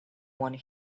one